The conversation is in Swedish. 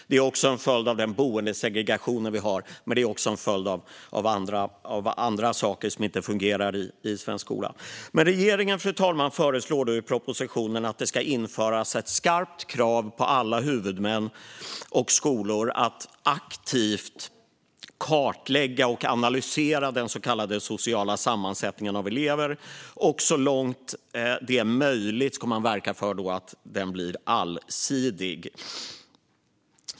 Det är också en följd av rådande boendesegregation och av andra saker som inte fungerar i svensk skola. Fru talman! Regeringen föreslår i propositionen att det ska införas ett skarpt krav på alla huvudmän och skolor att aktivt kartlägga och analysera den så kallade sociala sammansättningen av elever och så långt det är möjligt verka för att den blir allsidig.